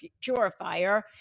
purifier